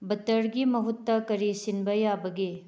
ꯕꯠꯇ꯭ꯔꯒꯤ ꯃꯍꯨꯠꯇ ꯀꯔꯤ ꯁꯤꯟꯕ ꯌꯥꯕꯒꯦ